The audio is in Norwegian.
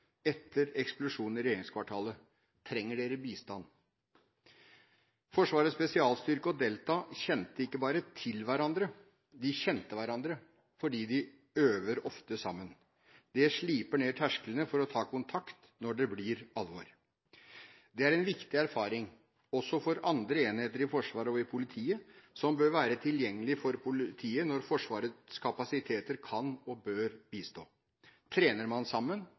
etter eksplosjonen i regjeringskvartalet: Trenger dere bistand? Forsvarets spesialstyrker og Delta ikke bare kjente til hverandre, de kjente hverandre fordi de ofte øver sammen. Det sliper ned tersklene for å ta kontakt når det blir alvor. Det er en viktig erfaring også for andre enheter i Forsvaret og i politiet som bør være tilgjengelig for politiet når Forsvarets kapasiteter kan og bør bistå. Trener man sammen,